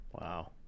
Wow